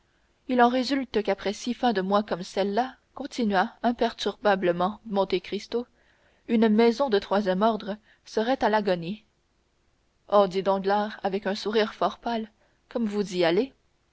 il en résulte qu'avec six fins de mois comme celle-là continua imperturbablement monte cristo une maison de troisième ordre serait à l'agonie oh dit danglars avec un sourire fort pâle comme vous y allez